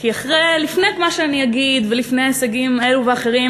כי לפני מה שאני אגיד ולפני ההישגים האלו והאחרים,